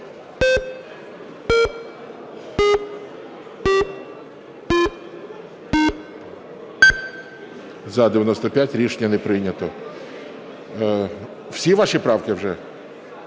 За-95 Рішення не прийнято. Всі ваші правки вже?